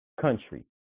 country